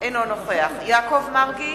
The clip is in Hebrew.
אינו נוכח יעקב מרגי,